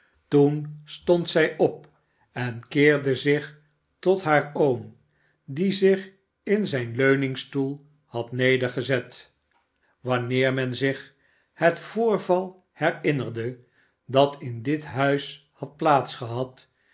toen stond zij op en keerde zich tot haar m die zich in zijn leuningstoel had nedergezet wanneer men zich het voorval herinnerde dat in dit huis had